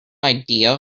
idea